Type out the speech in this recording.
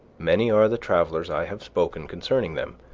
many are the travellers i have spoken concerning them,